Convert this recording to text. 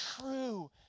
true